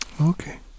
okay